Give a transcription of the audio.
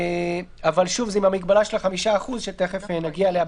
אבל שוב, זה עם המגבלה של ה-5% שתיכף נגיע אליה.